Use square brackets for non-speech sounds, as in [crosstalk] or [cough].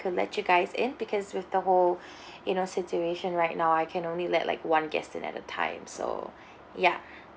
to let you guys in because with the whole [breath] you know situation right now I can only let like one guest in at a time so [breath] ya